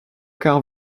quarts